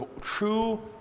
true